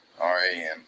R-A-M